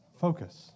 Focus